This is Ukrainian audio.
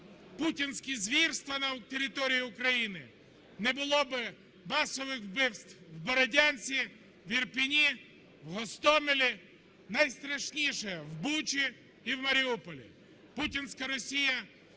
путінські звірства на території України, не було б масових вбивств в Бородянці, в Ірпені, в Гостомелі, найстрашніше в Бучі, і в Маріуполі. Путінська Росія